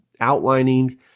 outlining